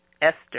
Esther